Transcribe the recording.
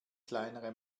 kleinere